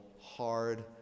hard